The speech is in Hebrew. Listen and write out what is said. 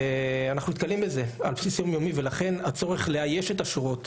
אנחנו נתקלים בזה על בסיס יום יומי ולכן הצורך לאייש את השורות